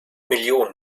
millionen